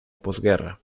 postguerra